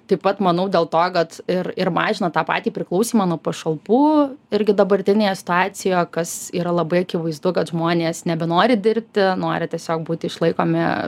taip pat manau dėl to kad ir ir mažina tą patį priklausymą nuo pašalpų irgi dabartinėje situacijoje kas yra labai akivaizdu kad žmonės nebenori dirbti nori tiesiog būti išlaikomi